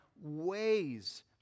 ways